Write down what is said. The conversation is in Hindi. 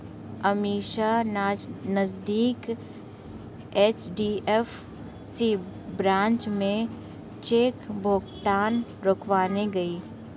अमीषा नजदीकी एच.डी.एफ.सी ब्रांच में चेक भुगतान रुकवाने गई